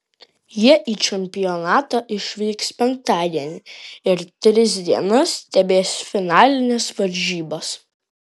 jie į čempionatą išvyks penktadienį ir tris dienas stebės finalines varžybas